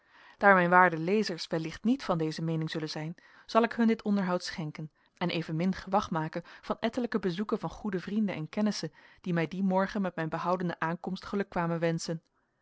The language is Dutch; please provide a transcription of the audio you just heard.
daar mijn waarde lezers wellicht niet van deze meening zullen zijn zal ik hun dit onderhoud schenken en evenmin gewag maken van ettelijke bezoeken van goede vrienden en kennissen die mij dien morgen met mijn behoudene aankomst geluk kwamen wenschen